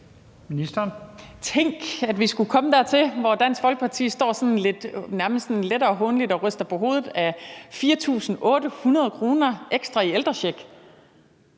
Tænk, at vi skulle komme dertil, hvor Dansk Folkeparti står sådan nærmest lettere hånligt og ryster på hovedet af 4.800 kr. ekstra i ældrecheck.